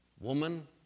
Woman